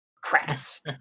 crass